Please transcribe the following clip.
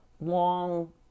long